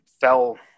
fell